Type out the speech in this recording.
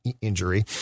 injury